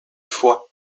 foie